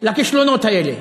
לכישלונות האלה.